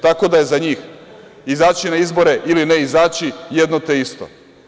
Tako da je za njih izaći na izbore ili ne izaći jedno te isto.